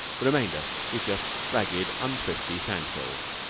the remainder is just ragged, unthrifty sand hills,